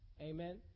Amen